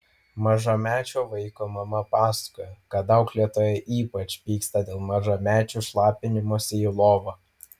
mažamečio vaiko mama pasakojo kad auklėtoja ypač pyksta dėl mažamečių šlapinimosi į lovą